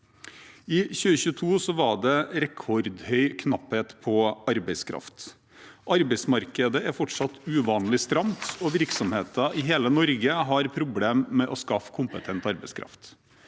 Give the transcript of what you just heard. I 2022 var det rekordhøy knapphet på arbeidskraft. Arbeidsmarkedet er fortsatt uvanlig stramt, og virksomheter i hele Norge har problemer med å skaffe kompetent arbeidskraft.